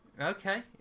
Okay